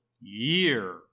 year